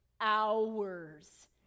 hours